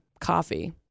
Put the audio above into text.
coffee